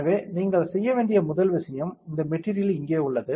எனவே நீங்கள் செய்ய வேண்டிய முதல் விஷயம் இந்த மெட்டீரியல் இங்கே உள்ளது